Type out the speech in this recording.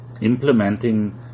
implementing